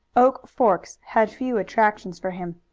oak forks had few attractions for him.